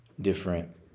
different